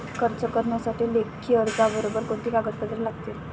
कर्ज करण्यासाठी लेखी अर्जाबरोबर कोणती कागदपत्रे लागतील?